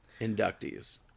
inductees